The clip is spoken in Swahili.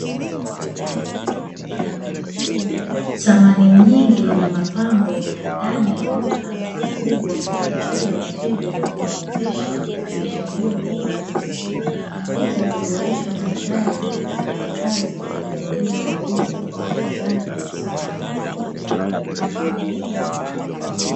Samani nyingi na mapambo ndani ya duka kubwa kuvutia wateja na kuwawezesha kuchagua kwa urahisi, hivyo kuboresha mandhari ya makazi na kuongeza mauzo kwa wauzaji wa samani.